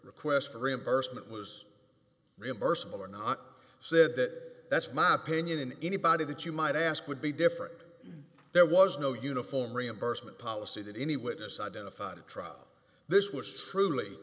request for reimbursement was reimbursable or not said that that's my opinion and anybody that you might ask would be different there was no uniform reimbursement policy that any witness identified a trot this was truly